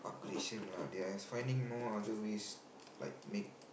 up gradation lah they are finding more other ways like make